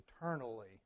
eternally